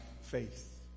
faith